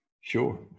Sure